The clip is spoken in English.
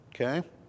Okay